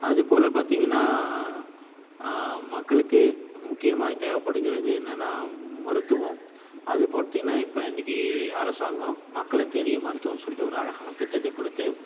அது போல பார்த்திங்கன்னா மக்களுக்கு முக்கியமாய் தேவைப்படுகிறது என்னன்னா மருத்துவம் அது பார்த்திங்கன்னா இப்போ இன்னைக்கு அரசாங்கம் மக்களை தேடிய மருத்துவம்ன்னு சொல்லிவிட்டு ஒரு அழகான திட்டத்தை கொடுத்து